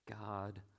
God